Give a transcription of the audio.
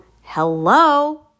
hello